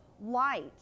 Light